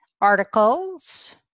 articles